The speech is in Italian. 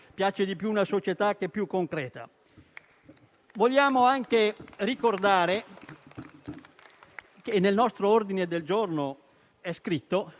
ci piace di più una società più concreta. Vogliamo anche ricordare che nel nostro ordine del giorno è scritto